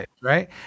right